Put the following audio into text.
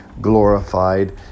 glorified